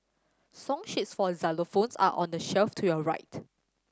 song sheets for xylophones are on the shelf to your right